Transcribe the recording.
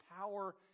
power